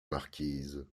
marquise